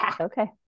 Okay